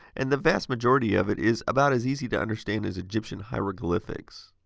and the vast majority of it is about as easy to understand as egyptian hieroglyphics.